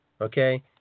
okay